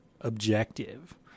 objective